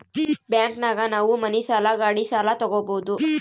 bank ದಾಗ ನಾವ್ ಮನಿ ಸಾಲ ಗಾಡಿ ಸಾಲ ತಗೊಬೋದು